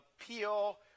appeal